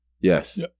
Yes